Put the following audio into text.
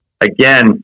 again